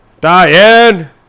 Diane